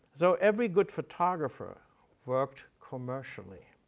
though every good photographer worked commercially,